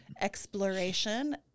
exploration